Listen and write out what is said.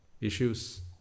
Issues